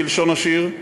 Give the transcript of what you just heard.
כלשון השיר,